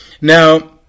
Now